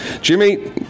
Jimmy